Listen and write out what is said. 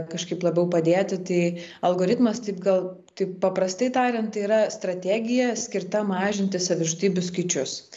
kažkaip labiau padėti tai algoritmas taip gal taip paprastai tariant tai yra strategija skirta mažinti savižudybių skaičius